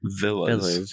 villas